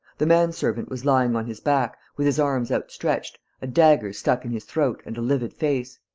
the man-servant was lying on his back, with his arms outstretched, a dagger stuck in his throat and a livid face.